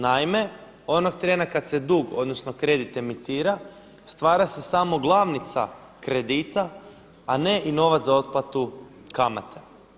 Naime, onog trena kada se dug odnosno kredit emitira, stvara se samo glavnica kredita, a ne i novac za otplatu kamata.